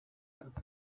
tatu